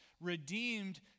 redeemed